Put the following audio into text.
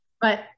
But-